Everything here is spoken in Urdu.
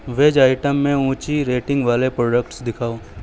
ویج آئٹم میں اونچی ریٹنگ والے پروڈکٹس دکھاؤ